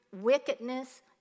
wickedness